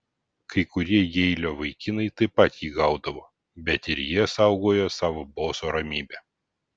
kai kurie jeilio vaikinai taip pat jį gaudavo bet ir jie saugojo savo boso ramybę